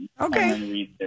Okay